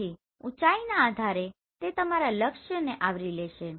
તેથી ઊચાઇના આધારે તે તમારા લક્ષ્યને આવરી લેશે